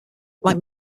like